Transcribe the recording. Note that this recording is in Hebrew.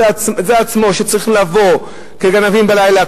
זה עצמו שצריכים לבוא כגנבים בלילה,